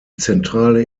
zentrale